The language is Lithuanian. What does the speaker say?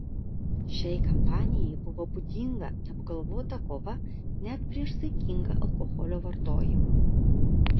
šiai kampanijai buvo būdinga neapgalvota kova net prieš saikingą alkoholio vartojimą